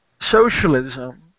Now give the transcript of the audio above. socialism